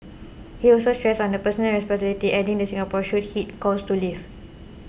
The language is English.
he also stressed on the personal responsibility adding that Singaporeans should heed calls to leave